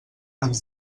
ens